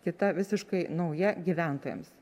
kita visiškai nauja gyventojams